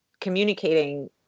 communicating